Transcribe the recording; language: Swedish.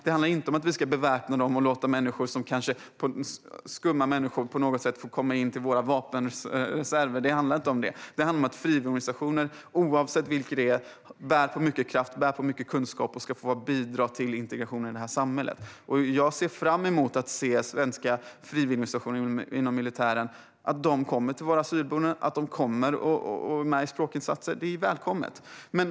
Det handlar inte om att vi ska beväpna dem och låta "skumma" människor på något sätt få tillgång till våra vapenreserver. Det här handlar om att frivilligorganisationer, oavsett vilka de är, bär på mycket kraft och kunskap och ska få vara med och bidra till integrationen i det här samhället. Jag ser fram emot att se svenska frivilligorganisationer inom militären komma till våra asylboenden och delta i språkinsatser. Det är välkommet.